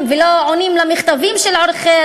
מה שאנחנו קוראים בשפה המקומית "המרכזים".